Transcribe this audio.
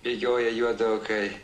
bėgioja juodukai